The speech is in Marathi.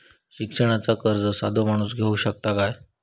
शिक्षणाचा कर्ज साधो माणूस घेऊ शकता काय?